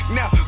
now